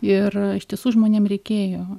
ir iš tiesų žmonėm reikėjo